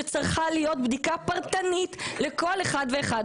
שצריכה להיות בדיקה פרטנית לכל אחד ואחד.